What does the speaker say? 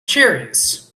cherries